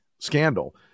scandal